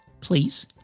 please